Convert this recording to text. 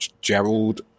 Gerald